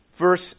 verse